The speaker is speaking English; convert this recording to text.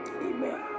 Amen